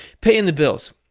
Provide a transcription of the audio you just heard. paying the bills.